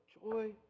joy